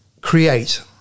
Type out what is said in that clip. create